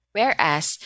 Whereas